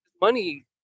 money